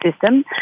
system